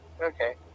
Okay